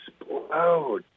explode